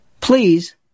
Please